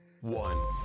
one